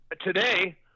today